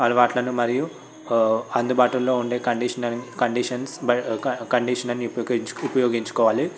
అలవాట్లను మరియు అందుబాటులో ఉండే కండిషనర్ కండిషన్స్ కండిషనర్ని ఉపయోక ఉపయోగించుకోవాలి